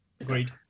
agreed